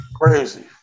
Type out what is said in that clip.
crazy